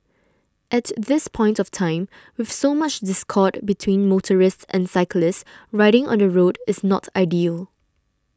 at this point of time with so much discord between motorists and cyclists riding on the road is not ideal